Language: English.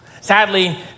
Sadly